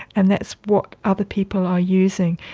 and that's what other people are using.